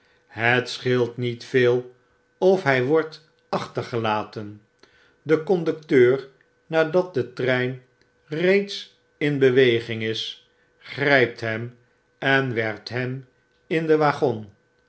het scheelt niet veel of h wordt achtergelaten de conducteur nadat de trein reeds m beweging is grijpt hem en werpt hem in den waggon